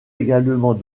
également